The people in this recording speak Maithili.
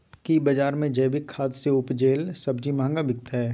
की बजार मे जैविक खाद सॅ उपजेल सब्जी महंगा बिकतै?